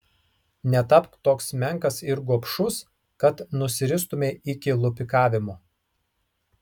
netapk toks menkas ir gobšus kad nusiristumei iki lupikavimo